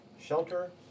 Shelter